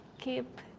keep